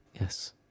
Yes